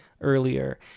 earlier